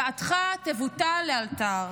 הגעתך תבוטל לאלתר.